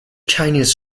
chinese